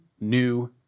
new